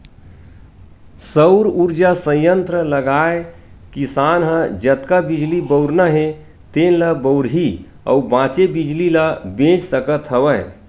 सउर उरजा संयत्र लगाए किसान ह जतका बिजली बउरना हे तेन ल बउरही अउ बाचे बिजली ल बेच सकत हवय